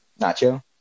Nacho